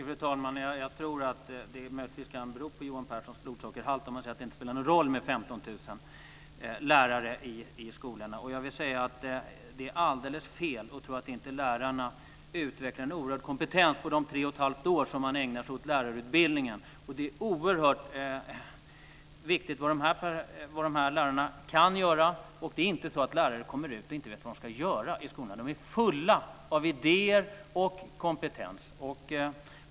Fru talman! Jag tror att det kan bero på Johan Pehrsons blodsockerhalt att han säger att det inte spelar någon roll om det kommer 15 000 lärare till skolorna. Jag vill säga att det är alldeles fel att tro att lärarna inte utvecklar en oerhörd kompetens under de 3 1⁄2 år de ägnar åt lärarutbildningen. Det lärarna kan göra är oerhört viktigt. Det är inte så att lärare kommer ut på skolorna och inte vet vad de ska göra.